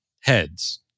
heads